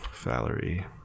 Valerie